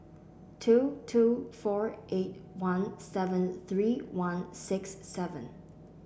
two two four eight one seven three one six seven